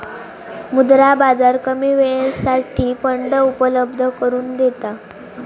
मुद्रा बाजार कमी वेळेसाठी फंड उपलब्ध करून देता